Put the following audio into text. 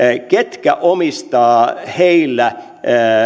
ketkä omistavat heillä